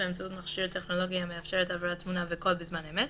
באמצעות מכשיר טכנולוגי המאפשר העברת תמונה וקול בזמן אמת,